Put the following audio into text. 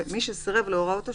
ומי שסירב להוראות השוטר,